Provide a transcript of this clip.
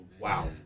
wow